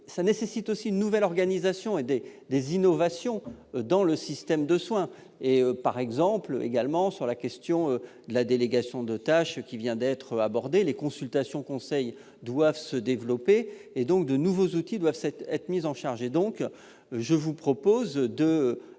Cela nécessite aussi une nouvelle organisation et des innovations dans le système de soins. Ainsi, sur la question de la délégation de tâches, qui vient d'être abordée, les consultations-conseils doivent se développer et de nouveaux outils doivent être mis en place. Je propose donc